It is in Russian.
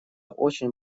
очень